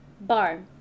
Bar